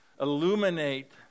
illuminate